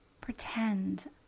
pretend